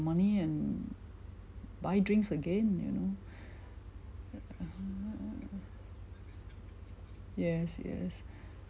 money and buy drinks again you know err yes yes